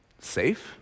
safe